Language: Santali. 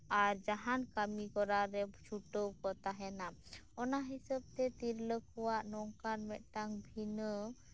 ᱟᱨ ᱡᱟᱦᱟᱱ ᱠᱟᱹᱢᱤ ᱠᱚᱨᱟᱣ ᱨᱮ ᱪᱷᱩᱴᱟᱹᱣ ᱠᱩ ᱛᱟᱦᱮᱱᱟ ᱚᱱᱟ ᱦᱤᱥᱟᱹᱵᱽ ᱛᱮ ᱛᱤᱨᱞᱟᱹᱠᱚ ᱱᱚᱝᱠᱟᱱ ᱢᱤᱫᱴᱟᱝ ᱵᱷᱤᱱᱟᱹ